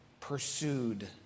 pursued